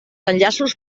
enllaços